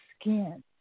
skin